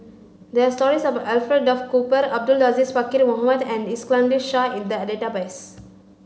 there are stories about Alfred Duff Cooper Abdul Aziz Pakkeer Mohamed and Iskandar Shah in the database